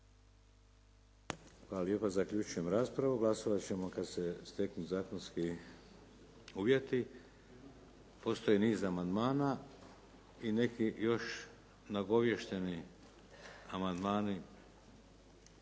Hvala lijepa. Zaključujem raspravu. Glasovat ćemo kad se steknu zakonski uvjeti. Postoji niz amandmana i neki još nagoviješteni amandmani